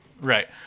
right